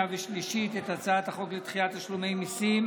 ושלישית את הצעת חוק לדחיית תשלומי מיסים